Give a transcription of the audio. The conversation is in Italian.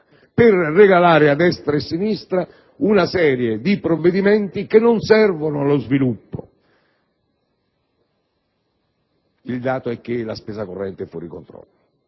per regalare a destra e sinistra una serie di provvedimenti che non servono allo sviluppo. Il dato è che la spesa corrente è fuori controllo.